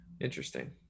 Interesting